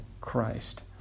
Christ